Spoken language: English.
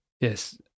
yes